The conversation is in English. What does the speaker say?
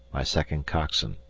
my second coxswain.